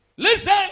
Listen